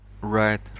Right